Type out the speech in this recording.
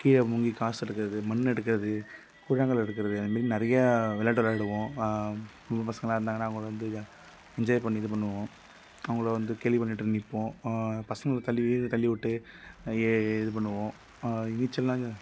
கீழே முழ்கி காசு எடுக்கிறது மண் எடுக்கிறது கூழாங்கல் எடுக்கிறது அந்த மாரி நிறையா விளாட்டு விளாடுவோம் நம்ம பசங்களாக இருந்தாங்கன்னால் அவங்கள வந்து என்ஜாய் பண்ணி இது பண்ணுவோம் அவங்கள வந்து கேலி பண்ணிகிட்டு நிற்போம் பசங்களை தள்ளி கீழ தள்ளி விட்டு ஏ ஏ இது பண்ணுவோம் நீச்சல்தாங்க